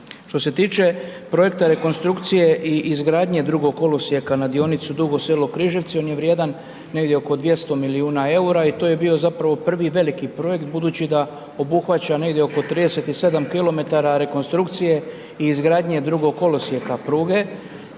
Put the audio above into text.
Što se tiče projekta rekonstrukcije i izgradnje 2. kolosijeka na dionici Dugo Selo-Križevci on je vrijedan negdje oko 200 milijuna eura i to je bio zapravo prvi veliki projekt budući da obuhvaća negdje oko 37 kilometara rekonstrukcije i izgradnje 2. kolosijeka pruge